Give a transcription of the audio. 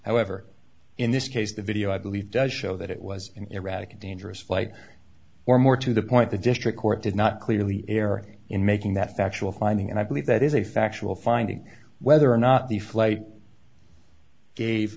however in this case the video i believe does show that it was an erratic and dangerous flight or more to the point the district court did not clearly err in making that factual finding and i believe that is a factual finding whether or not the flight gave